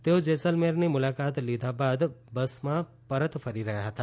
તેઓ જેસલમેરની મુલાકાત લીધા બાદ બસમાં પરત ફરી રહ્યા હતા